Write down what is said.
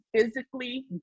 physically